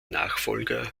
nachfolger